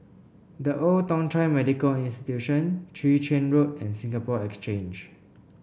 The Old Thong Chai Medical Institution Chwee Chian Road and Singapore Exchange